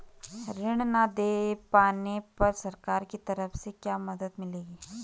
ऋण न दें पाने पर सरकार की तरफ से क्या मदद मिलेगी?